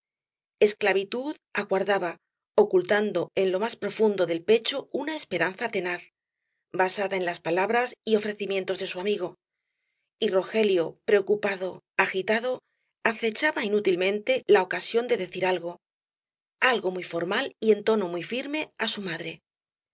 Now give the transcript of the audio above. esclavitud aguardaba ocultando en lo más profundo del pecho una esperanza tenaz basada en las palabras y ofrecimientos de su amigo y rogelio preocupado agitado acechaba inútilmente la ocasión de decir algo algo muy formal y en tono muy firme á su madre